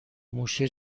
موشه